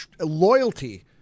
loyalty